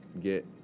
get